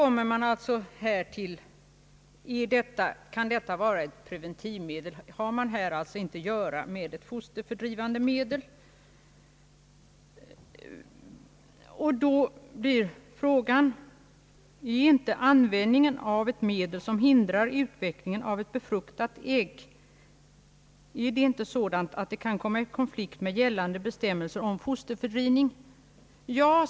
Man frågar sig då: Kan detta vara ett preventivmedel? Har man här inte att göra med ett fosterfördrivande medel? Är inte användningen av ett medel som hindrar utvecklingen av ett befruktat ägg sådan att den kan komma i konflikt med gällande bestämmelser om fosterfördrivning?